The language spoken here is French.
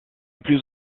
plus